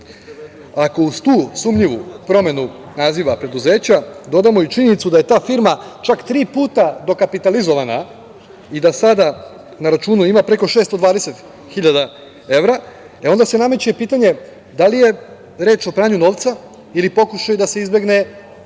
uz tu sumnjivu promenu naziva preduzeća dodamo i činjenicu da je ta firma čak tri puta dokapitalizovana i da sada na računu ima preko 620 hiljada evra, onda se nameće pitanje da li je reč o pranju novca ili pokušaju da se izbegne plaćanje